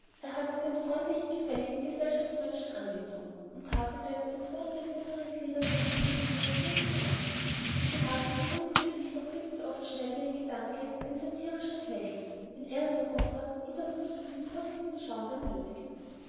er hatte den freundlichen gefälligen gesellschaftsmenschen angezogen und tafelte zum großen trost der jüngern glieder seines kollegiums wie ein junger das behagliche runde gesicht durchblitzte oft schnell wie ein gedanke ein satirisches lächeln wenn er und der hofrat ida zum süßen brüsselnden schaumwein nötigten